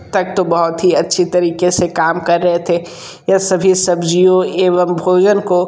तक तो बहुत ही अच्छी तरीके से काम कर रहे थे यह सभी सब्जियों एवं भोजन को